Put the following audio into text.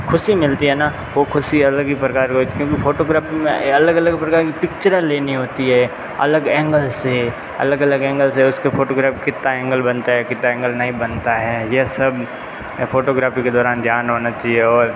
ख़ुशी मिलती है ना वो ख़ुशी अलग ही प्रकार व्यक्त क्योंकि फोटोग्राफी में अलग अलग प्रकार की पिक्चरें लेनी होती है अलग एंगल से अलग अलग एंगल से उस के फोटोग्राफ कितना एंगल बनता है कितना एंगल नहीं बनता है ये सब ये फोटोग्राफी के दौरान ध्यान होना चाहिए और